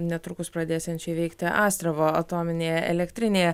netrukus pradėsiančioj veikti astravo atominėje elektrinėje